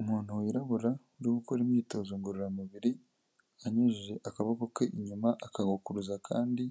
Umuntu wirabura uri gukora imyitozo ngororamubiri anyujije akaboko ke inyuma akagukuruza akandi,